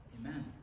Amen